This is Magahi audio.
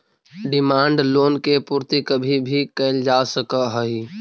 डिमांड लोन के पूर्ति कभी भी कैल जा सकऽ हई